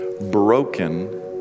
broken